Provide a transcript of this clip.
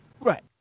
Right